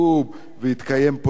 והתקיים פה דיון,